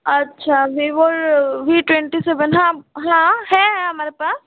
अच्छा Vivo V twenty seven हाँ हाँ है हमारे पास